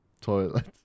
toilet